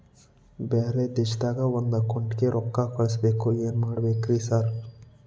ಬ್ಯಾರೆ ದೇಶದಾಗ ಒಂದ್ ಅಕೌಂಟ್ ಗೆ ರೊಕ್ಕಾ ಕಳ್ಸ್ ಬೇಕು ಏನ್ ಮಾಡ್ಬೇಕ್ರಿ ಸರ್?